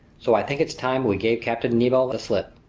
so i think it's time we gave captain nemo the slip.